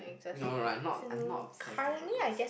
no no no I am not I am not obsessed over those